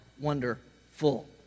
wonderful